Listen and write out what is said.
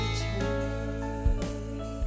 tree